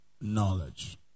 knowledge